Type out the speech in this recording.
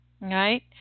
right